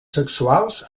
sexuals